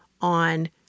on